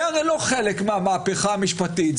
זה הרי לא חלק מהמהפכה המשפטית.